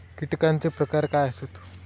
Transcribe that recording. कीटकांचे प्रकार काय आसत?